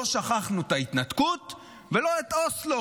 לא שכחנו את ההתנתקות ולא את אוסלו,